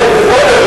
היושב-ראש,